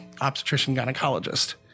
obstetrician-gynecologist